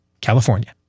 California